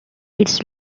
its